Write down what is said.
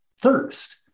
thirst